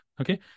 okay